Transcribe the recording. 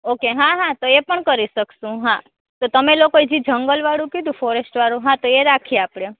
okay હા હા તો એ પણ કરી શકશું હા તો તમે લોકોએ જે જંગલવાળું કીધું ફોરેસ્ટ વાળું હા તો એ રાખીએ આપણે